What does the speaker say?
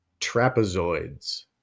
trapezoids